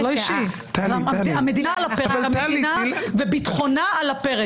זה לא אישי, זה ביטחונה של המדינה על הפרק.